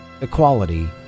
equality